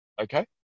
okay